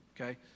Okay